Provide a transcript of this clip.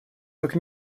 как